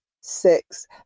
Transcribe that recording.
six